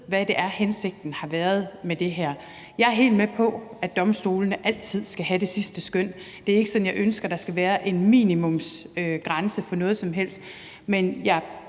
hvad det er, hensigten med det her har været. Jeg er helt med på, at domstolene altid skal have det sidste skøn. Det er ikke sådan, at jeg ønsker, der skal være en minimumsgrænse for noget som helst, men jeg